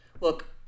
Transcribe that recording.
look